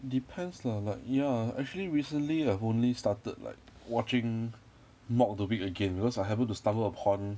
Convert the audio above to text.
depends lah like ya actually recently I've only started like watching mock the week again because I happened to stumble upon